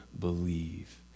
believe